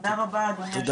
תודה רבה אדוני היושב ראש.